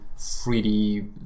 3D